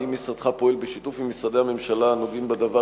האם משרדך פועל בשיתוף עם משרדי הממשלה הנוגעים בדבר